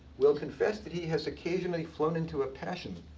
will confess that he has occasionally flown into a passion,